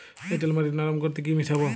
এঁটেল মাটি নরম করতে কি মিশাব?